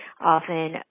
often